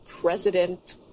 president